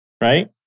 right